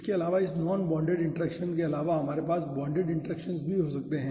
इसके अलावा इस नॉन बोंडेड इंटरेक्शन के अलावा हमारे पास बोंडेड इंटरेक्शन्स भी हो सकते हैं